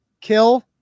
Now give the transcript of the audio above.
kill